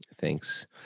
Thanks